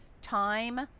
time